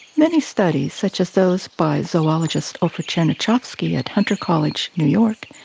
many studies, such as those by zoologist ofer tchernichovski at hunter college, new york,